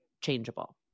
changeable